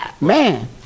Man